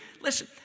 Listen